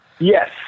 Yes